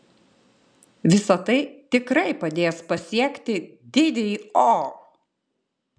visa tai tikrai padės pasiekti didįjį o